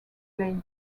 lakes